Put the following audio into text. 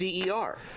DER